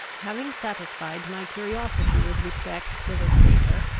having satisfied my curiosity with respect to this paper,